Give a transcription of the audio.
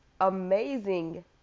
amazing